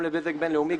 גם לבזק בין-לאומי,